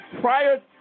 prior